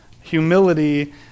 Humility